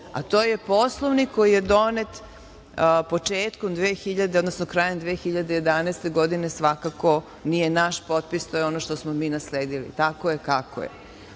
a to je Poslovnik koji je donet krajem 2011. godine i svakako nije naš potpis i to je ono što smo mi nasledili, tako je kako je.